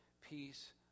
peace